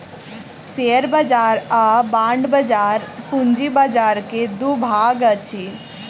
share बाजार आ bond बाजार पूंजी बाजार के दू भाग अछि